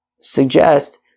suggest